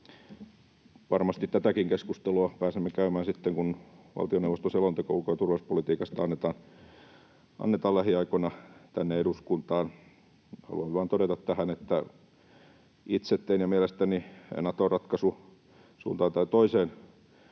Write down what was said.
varmasti tätäkin keskustelua pääsemme käymään sitten, kun valtioneuvoston selonteko ulko- ja turvallisuuspolitiikasta annetaan lähiaikoina tänne eduskuntaan. Haluan vain todeta tähän, että itse teen päätöksen — ja mielestäni Nato-ratkaisu suuntaan tai toiseen